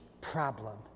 problem